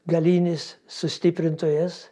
galinis sustiprintojas